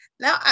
Now